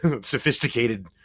sophisticated